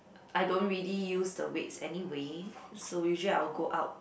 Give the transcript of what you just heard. I don't really use the weights anyway so usually I will go out